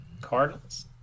Cardinals